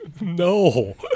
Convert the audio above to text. No